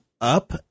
up